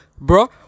Bro